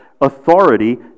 authority